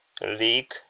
league